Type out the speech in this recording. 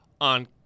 on